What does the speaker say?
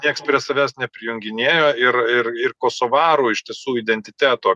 nieks prie savęs neprijunginėjo ir ir ir kosovarų iš tiesų identiteto